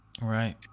right